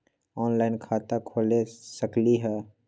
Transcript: Online खाता खोल सकलीह?